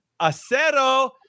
Acero